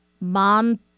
mom